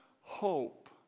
hope